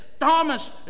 Thomas